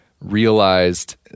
realized